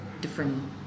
different